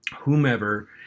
whomever